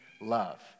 love